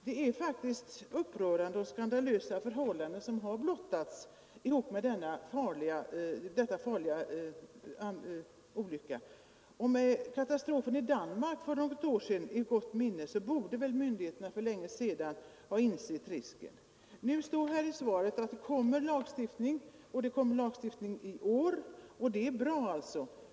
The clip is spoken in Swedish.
Det är faktiskt upprörande och skandalösa förhållanden som har blottats i samband med denna farliga olycka. Med katastrofen i Danmark för något år sedan i gott minne borde väl myndigheterna för länge sedan ha insett riskerna. Nu sägs det i svaret att det kommer lagstiftning i år, och det är bra.